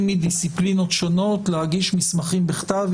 מדיסציפלינות שונות להגיש מסמכים בכתב.